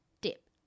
dip